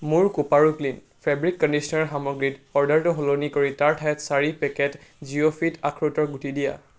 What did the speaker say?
মোৰ কোপাৰো clean fabric কণ্ডিচনাৰৰ সামগ্ৰীত অৰ্ডাৰটো সলনি কৰি তাৰ ঠাইত চাৰি পেকেট জিও ফিট আখৰোটৰ গুটি দিয়া